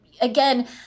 again